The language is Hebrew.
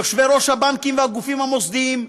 יושבי-ראש הבנקים והגופים המוסדיים,